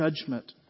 judgment